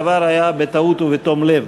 חד"ש ובל"ד לא התקבלה.